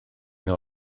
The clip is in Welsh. nhw